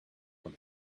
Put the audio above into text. from